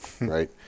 right